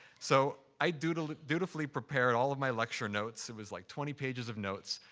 so i dutifully dutifully prepared all of my lecture notes, it was like twenty pages of notes,